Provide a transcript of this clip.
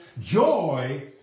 Joy